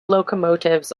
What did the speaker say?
locomotives